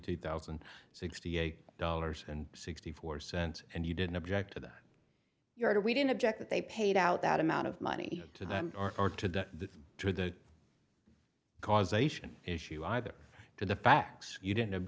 two thousand and sixty eight dollars and sixty four percent and you didn't object to that your we didn't object that they paid out that amount of money to them or to the to the causation issue either to the facts you didn't